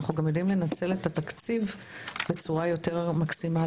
אנחנו גם יודעים לנצל את התקציב בצורה יותר מקסימלית.